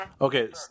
Okay